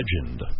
legend